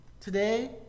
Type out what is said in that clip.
today